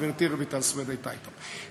וחברתי רויטל סויד הייתה אתנו,